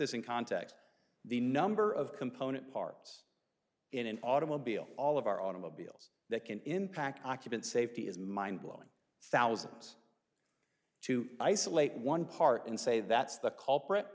this in context the number of component parts in an automobile all of our automobiles that can impact occupant safety is mind blowing thousands to isolate one part and say that's the culprit